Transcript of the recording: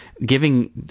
giving